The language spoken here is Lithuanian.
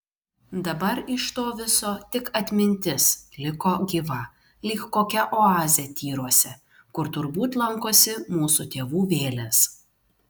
dabar iš to viso tik atmintis liko gyva lyg kokia oazė tyruose kur turbūt lankosi mūsų tėvų vėlės